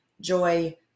joy